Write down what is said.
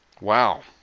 wow